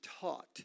taught